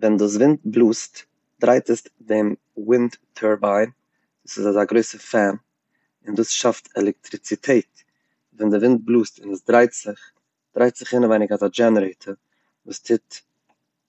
ווען דאס ווינט בלאזט דרייט עס דעם ווינד טורביין, ס'איז אזא גרויסע פען און דאס שאפט עלעקטריציטעט, ווען די ווינט בלאזט און עס דרייט זיך, דרייט זיך אינעווייניג אזא דזשענערעיטער וואס טוט